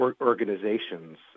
organizations